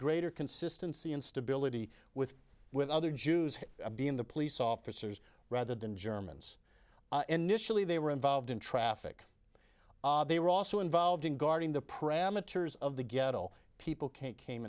greater consistency and stability with with other jews being the police officers rather than germans and missionary they were involved in traffic they were also involved in guarding the prayer materials of the ghetto people can't came